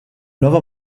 nova